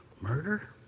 Murder